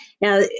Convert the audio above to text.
Now